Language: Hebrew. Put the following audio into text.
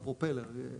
הפרופלר,